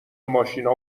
ماشینا